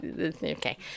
Okay